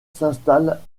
s’installe